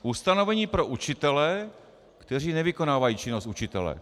Ustanovení pro učitele, kteří nevykonávají činnost učitele.